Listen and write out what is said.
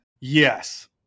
Yes